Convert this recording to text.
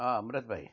हा अमृत भाई